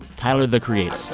tyler the creator